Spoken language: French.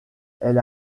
elle